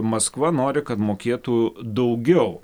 maskva nori kad mokėtų daugiau